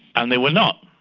and they were not.